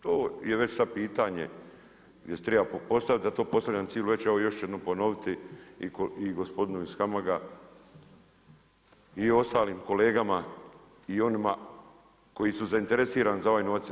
To je već sad pitanje koje se treba postaviti a to postavljam cijelu večer, evo još ću jednom ponoviti i gospodinu iz HAMAG-a i ostalim kolegama i onima koji su zainteresirani za ovaj novac.